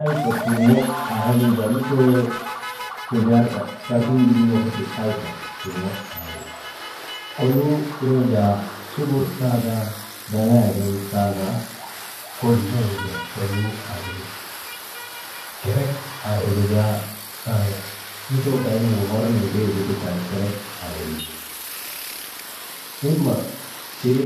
Ayba turŋo aa irnu jaa lutoo tindriyar ka kar undukunoka ti ayba tuŋo aa iri, koluu irnu jaa sugur taa kaa daŋaayegin taa kaa, kol nuŋgu dum koluu aa ti iri, kerek aa irgu jaa kaŋ lutoo kaynuŋu hor nindrii tii gu ti kaŋ kerek aa iri, himma tiri